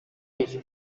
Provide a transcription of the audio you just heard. ibiri